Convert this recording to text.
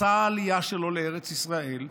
מסע העלייה שלו לארץ ישראל,